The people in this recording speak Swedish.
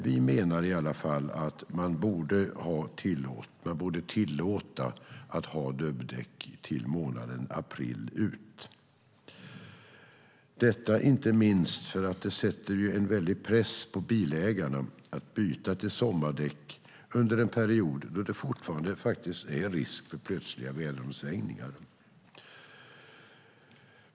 Vi menar i alla fall att man borde tillåta att ha dubbdäck till april månad ut, inte minst därför att det sätter en väldig press på bilägarna att byta till sommardäck under en period då det fortfarande är risk för plötsliga väderomsvängningar.